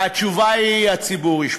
והתשובה היא: הציבור ישפוט.